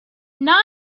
nine